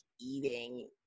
eating